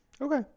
Okay